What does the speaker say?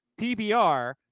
PBR